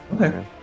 okay